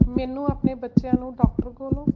ਮੈਨੂੰ ਆਪਣੇ ਬੱਚਿਆਂ ਨੂੰ ਡਾਕਟਰ ਕੋਲੋਂ